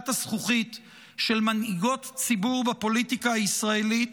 הזכוכית של מנהיגות ציבור בפוליטיקה הישראלית,